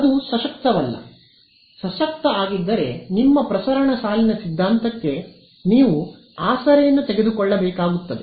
ಅದು ಸಶಕ್ತವಲ್ಲ ಸಶಕ್ತ ಆಗಿದ್ದರೆ ನಿಮ್ಮ ಪ್ರಸರಣ ಸಾಲಿನ ಸಿದ್ಧಾಂತಕ್ಕೆ ನೀವು ಆಸರೆಯನ್ನು ತೆಗೆದುಕೊಳ್ಳಬೇಕಾಗುತ್ತದೆ